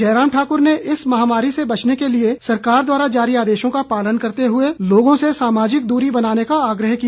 जयराम ठाकर ने इस महामारी से बचने के लिए सरकार द्वारा जारी आदेशों का पालन करते हुए लोगों से सामाजिक दूरी बनाने का आग्रह किया